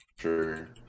sure